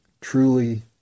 truly